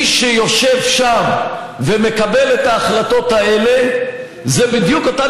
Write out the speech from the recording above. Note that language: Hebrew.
מי שיושב שם ומקבל את ההחלטות האלה זה בדיוק אותן